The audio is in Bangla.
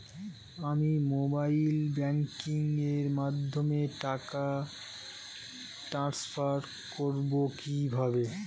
আমি মোবাইল ব্যাংকিং এর মাধ্যমে টাকা টান্সফার করব কিভাবে?